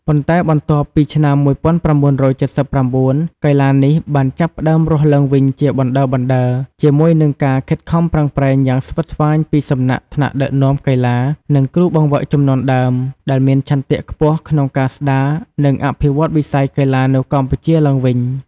ប៉ុន្តែបន្ទាប់ពីឆ្នាំ១៩៧៩ កីឡានេះបានចាប់ផ្តើមរស់ឡើងវិញជាបណ្តើរៗ ជាមួយនឹងការខិតខំប្រឹងប្រែងយ៉ាងស្វិតស្វាញពីសំណាក់ថ្នាក់ដឹកនាំកីឡា និងគ្រូបង្វឹកជំនាន់ដើម ដែលមានឆន្ទៈខ្ពស់ក្នុងការស្តារ និងអភិវឌ្ឍវិស័យកីឡានៅកម្ពុជាឡើងវិញ ។